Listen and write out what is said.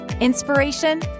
inspiration